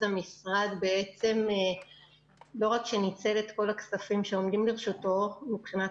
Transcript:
המשרד לא רק שניצל את כל הכספים שעומדים לרשותו מבחינת